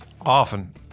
Often